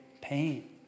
pain